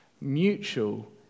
mutual